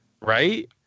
right